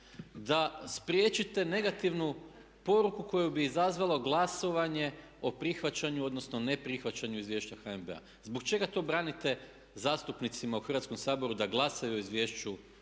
da spriječite negativnu poruku koju bi izazvalo glasovanje o prihvaćanju odnosno neprihvaćanju izvješća HNB-a. Zbog čega to branite zastupnicima u Hrvatskom saboru da glasuju o izvješću HNB-a.